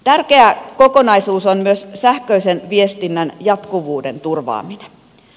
tärkeä kokonaisuus on myös sähköisen viestinnän jatkuvuuden turvaaminen